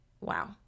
wow